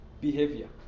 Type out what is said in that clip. behavior